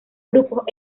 grupos